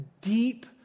deep